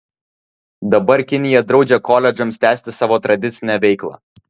dabar kinija draudžia koledžams tęsti savo tradicinę veiklą